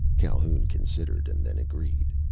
calhoun considered, and then agreed.